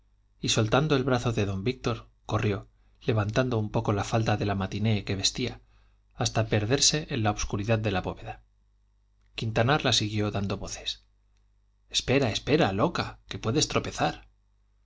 y soltando el brazo de don víctor corrió levantando un poco la falda de la matinée que vestía hasta perderse en la obscuridad de la bóveda quintanar la siguió dando voces espera espera loca que puedes tropezar